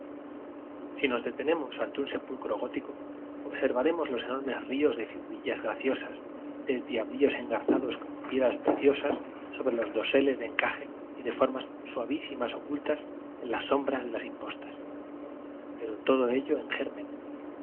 si nos detenemos ante un sepulcro góti co observaremos los enormes ríos defigurillas graciosas de diablillos engarzados como piedras preciosas sobre los doseles de encaje y de formas suavísimas ocultas en las sombras de las impostas pero todo ello en germen un